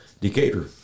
Decatur